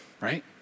Right